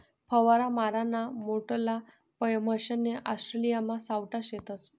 फवारा माराना मोठल्ला मशने ऑस्ट्रेलियामा सावठा शेतस